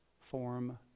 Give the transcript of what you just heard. form